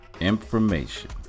Information